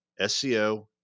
SEO